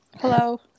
Hello